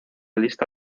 lista